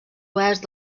oest